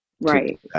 Right